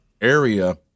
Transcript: area